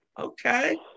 Okay